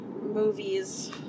Movies